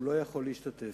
והוא לא יכול להשתתף.